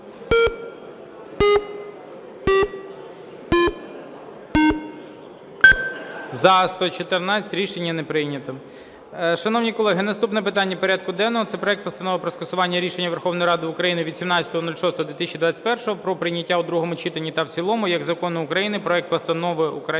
За-114 Рішення не прийнято. Шановні колеги, наступне питання порядку денного – це проект Постанови про скасування рішення Верховної Ради України від 17.06.2021 про прийняття у другому читанні та в цілому як закону України проекту Закону України